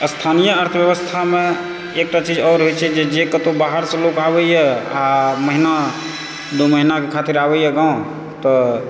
स्थानीय अर्थव्यवस्थामे एकटा चीज आओर होइत छै जे जे कहुँ बाहरसँ लोक आबैया आ महिना दू महिना कऽ खातिर आबैए गाँव तऽ